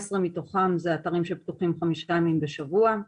14 מתוכם הם אתרים שפתוחים חמישה ימים בשבוע,